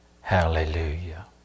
hallelujah